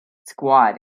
squad